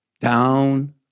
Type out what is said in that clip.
down